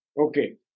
Okay